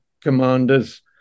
commanders